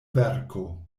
verko